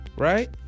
Right